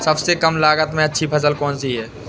सबसे कम लागत में अच्छी फसल कौन सी है?